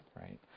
right